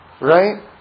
right